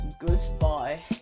goodbye